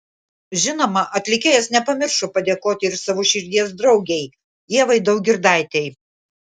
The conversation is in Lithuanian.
žinoma atlikėjas nepamiršo padėkoti ir savo širdies draugei ievai daugirdaitei